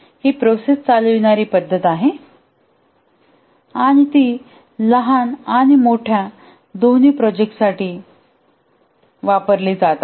ही process चालविणारी पद्धत आहे आणि ती लहान आणि मोठ्या दोन्ही प्रोजेक्टसाठी वापरली जात आहे